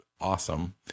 awesome